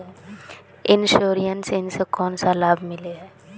Insurance इस से कोन सा लाभ मिले है?